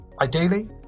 Ideally